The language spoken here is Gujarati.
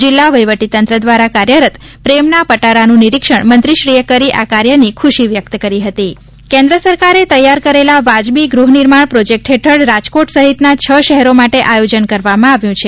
જિલ્લા વહીવટીતંત્ર દ્રારા કાર્યરત પ્રેમના પટારા નું નિરિક્ષણ મંત્રીશ્રીએ કરી આ કાર્યથી ખૂશી વ્યક્ત કરી હતી એફોર્ડેબલ હાઉસીંગ કેન્દ્ર સરકારે તૈયાર કરેલા વાજબી ગૃહનિર્માણ પ્રોજેક્ટ હેઠળ રાજકોટ સહિતના છ શહેરો માટે આયોજન કરવામાં આવ્યું છે